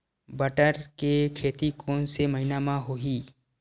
बटर के खेती कोन से महिना म होही?